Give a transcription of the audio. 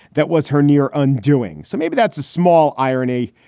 that was her near undoing. so maybe that's a small irony.